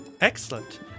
Excellent